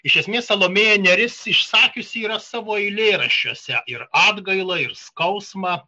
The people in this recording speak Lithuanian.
iš esmės salomėja nėris išsakiusi savo eilėraščiuose ir atgailą ir skausmą